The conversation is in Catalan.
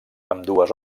ambdues